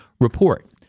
report